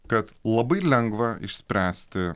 kad labai lengva išspręsti